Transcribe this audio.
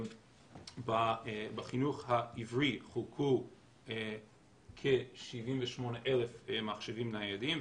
בחינוך העברי חולקו כ-78,000 מחשבים ניידים,